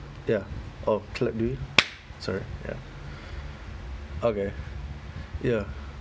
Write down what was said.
ya oh clap do you sorry ya okay ya